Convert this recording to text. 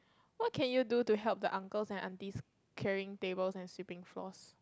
what can you do to help the uncles and aunties clearing tables and sweeping floors